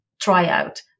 tryout